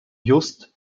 just